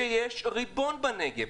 שיש ריבון בנגב,